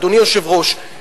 אדוני היושב-ראש.